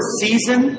season